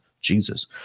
Jesus